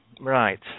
Right